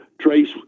Trace –